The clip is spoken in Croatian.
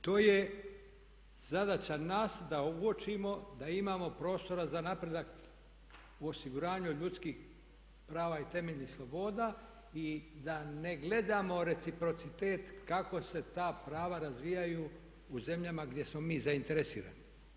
To je zadaća nas da odlučimo da imamo prostora za napredak i osiguranje ljudskih prava i temeljnih sloboda i da ne gledamo reciprocitet kako se ta prava razvijaju u zemljama gdje smo mi zainteresirani.